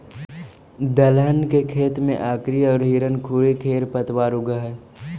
दलहन के खेत में अकरी औउर हिरणखूरी खेर पतवार उगऽ हई